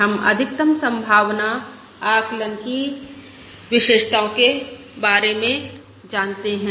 हम अधिकतम संभावना आकलन की विशेषताओं के बारे में जानते हैं